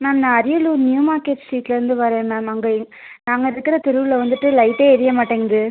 ma'am நான் Ariyalur new market ஸ்ட்ரீட்லேருந்து வரேன் மேம் அங்கே நாங்கள் இருக்கிற தெருவில் வந்துட்டு லைட்டே எரியமாட்டேங்குது